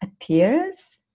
appears